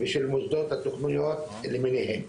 ושל מוסדות התוכניות למיניהן.